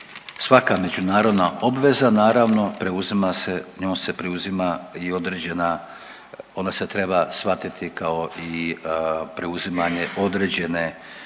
Svaka međunarodna obveza naravno preuzima se, njom se preuzima i određena, ona se treba shvatiti kao i preuzimanje određene